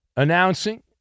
Announcing